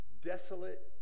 desolate